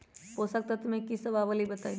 पोषक तत्व म की सब आबलई बताई?